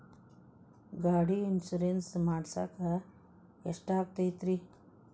ಗಾಡಿಗೆ ಇನ್ಶೂರೆನ್ಸ್ ಮಾಡಸಾಕ ಎಷ್ಟಾಗತೈತ್ರಿ?